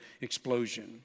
Explosion